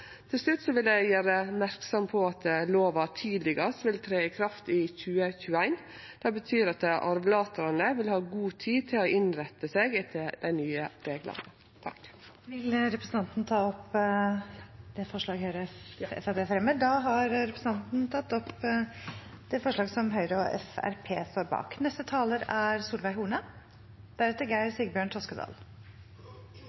Til slutt vil eg gjere merksam på at lova tidlegast vil tre i kraft i 2021. Det betyr at arvlatarane vil ha god tid til å innrette seg etter dei ny reglane. Eg tek opp forslaget til Høgre og Framstegspartiet. Da har representanten Frida Melvær tatt opp det forslaget